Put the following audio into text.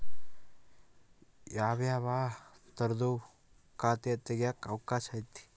ಯಾವ್ಯಾವ ತರದುವು ಖಾತೆ ತೆಗೆಕ ಅವಕಾಶ ಐತೆ?